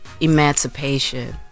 emancipation